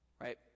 Right